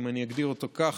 אם אני אגדיר אותו כך,